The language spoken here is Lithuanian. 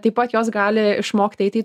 taip pat jos gali išmokti eit į